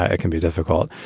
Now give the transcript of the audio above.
ah it can be difficult.